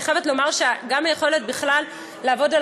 אני חייבת לומר שגם על היכולת לעבוד על